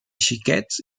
xiquets